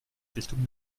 richtung